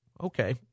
Okay